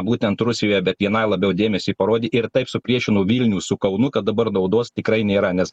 būtent rusijoje bet vienai labiau dėmesį parodė ir taip supriešino vilnių su kaunu kad dabar naudos tikrai nėra nes